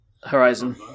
Horizon